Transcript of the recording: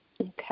okay